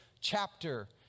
chapter